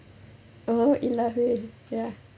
oh ilahui ya